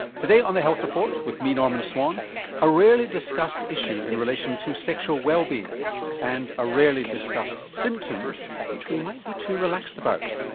today on the health report with me norman swan a rarely discussed issue in relation to sexual wellbeing and a rarely discussed symptom which we might be too relaxed about.